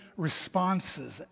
responses